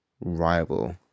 rival